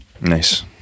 Nice